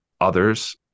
others